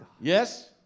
Yes